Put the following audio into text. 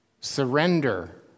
Surrender